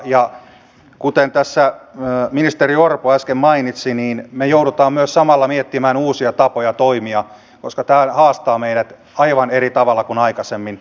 ja kuten tässä ministeri orpo äsken mainitsi me joudumme myös samalla miettimään uusia tapoja toimia koska tämä haastaa meidät aivan eri tavalla kuin aikaisemmin